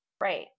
right